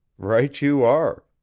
right you are.